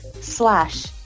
slash